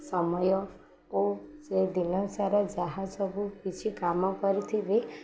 ସମୟ ଓ ସେ ଦିନସାରା ଯାହା ସବୁ କିଛି କାମ କରିଥିବେ